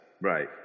Right